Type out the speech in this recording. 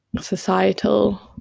societal